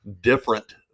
different